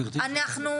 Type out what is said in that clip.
אנחנו,